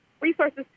resources